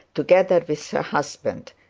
together with her husband.